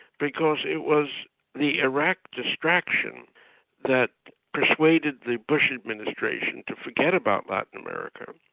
because it was the iraq distraction that persuaded the bush administration to forget about latin america,